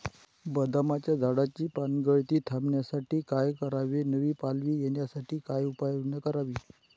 बदामाच्या झाडाची पानगळती थांबवण्यासाठी काय करावे? नवी पालवी येण्यासाठी काय उपाययोजना करावी?